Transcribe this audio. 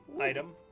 item